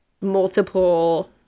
multiple